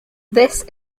this